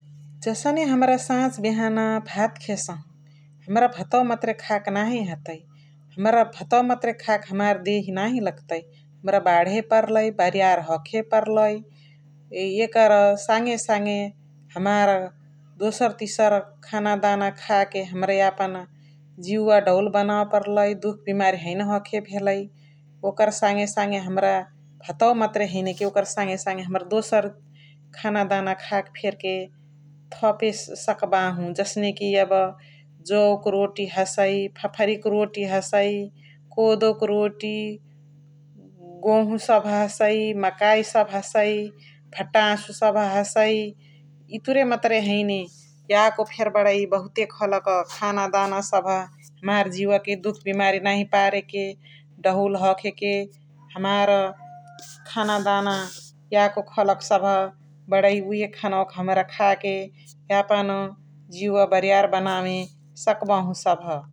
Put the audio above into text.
जसने हमरा सझ बिहाना भात खेसहु । हमरा भातौवा मतरे खा के नही हतइ हमरा भातौवा मतरे खा के देही नही लग्तइ । हमरा बाडे पर्लइ बरियार हखे पर्लइ एकर सङे सङे हमार दोसर तिसर खाना दाना खाके हमरा यापन जिउव दौल बनवे पर्लइ दुख बिमारी हैने हखे भेलइ । ओकर सङे सङे हमार भातवा हैने कि ओकर सङे सङे हमरा दोसर खाना दाना खाके थपे सकबहु । जसने कि यब जोउक रोती हसइ, फफरिकी रोती हसइ, कोदो क रोति, गोहु सभ हसइ, मकाइ सभ हसइ, भटसु सभ हसइ । इतुरे मतरे हैने यको फेर्के बणै बहुते खलक खाना दाना सभ हमार जिउवा के दुख बिमारी नही पार के दहुल हख के हमार खाना दाना याको खलक सभ बणै उहे खानवा हमरा खाके यापना जिउवा बरियार बनवे सकबहु सभ ।